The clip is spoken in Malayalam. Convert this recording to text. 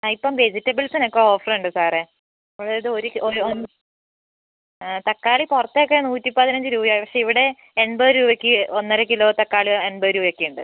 ആ ഇപ്പം വെജിറ്റബിൾസിനൊക്കെ ഓഫറുണ്ട് സാറെ അതായത് ഒരു തക്കാളി പുറത്തെയൊക്കെ നൂറ്റിപ്പതിനഞ്ച് രൂപയാണ് പക്ഷെ ഇവിടെ എൺപത് രൂപയ്ക്ക് ഒന്നരക്കിലോ തക്കാളി എൺപത് രൂപയൊക്കെയുണ്ട്